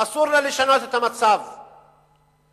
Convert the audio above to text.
אסור לה לשנות את המצב בירושלים,